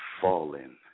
fallen